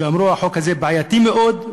שאמרו: החוק הזה בעייתי מאוד,